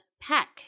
pack